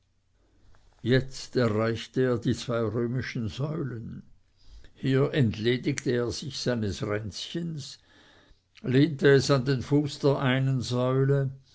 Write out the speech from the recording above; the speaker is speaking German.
jetzt erreichte er die zwei römischen säulen hier entledigte er sich seines ränzchens lehnte es an den fuß der einen säule